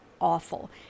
awful